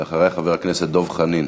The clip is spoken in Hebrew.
ואחריה, חבר הכנסת דב חנין.